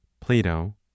Plato